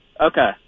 Okay